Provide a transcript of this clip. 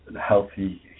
healthy